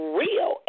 real